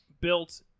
built